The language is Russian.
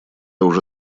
уже